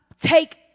take